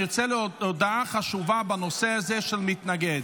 --- אני רוצה הודעה חשובה בנושא הזה של מתנגד.